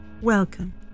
Welcome